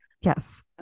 yes